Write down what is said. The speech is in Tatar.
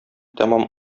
тәмам